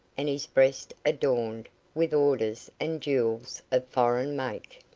and his breast adorned with orders and jewels of foreign make.